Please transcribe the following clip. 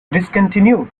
discontinued